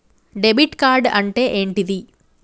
Debit card అంటే ఏంటిది?